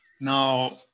now